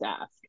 ask